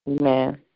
Amen